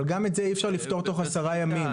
גם את זה אי אפשר לפתור תוך עשרה ימים.